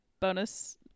bonus